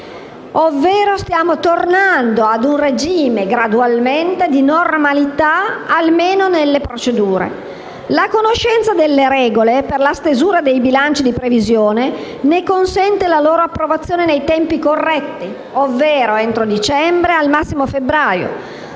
Stiamo quindi tornando gradualmente a un regime di normalità, almeno nelle procedure: la conoscenza delle regole per la stesura dei bilanci di previsione ne consente la loro approvazione nei tempi corretti, ovvero entro dicembre o al massimo febbraio,